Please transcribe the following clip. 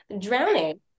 drowning